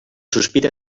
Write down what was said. sospita